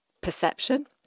perception